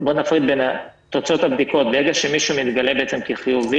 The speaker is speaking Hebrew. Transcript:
בוא נפריד בין תוצאות הבדיקות ברגע שמישהו מתגלה כחיובי,